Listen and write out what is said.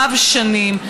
רב-שנים.